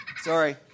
Sorry